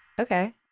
Okay